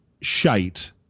shite